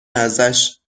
ازش